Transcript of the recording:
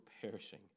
perishing